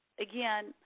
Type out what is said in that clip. again